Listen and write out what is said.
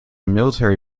military